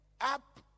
up